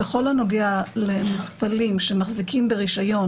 בכל הנוגע למטופלים שמחזיקים ברישיון